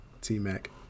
T-Mac